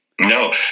No